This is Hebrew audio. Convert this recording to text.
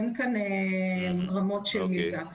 אין כאן רמות של מלגה.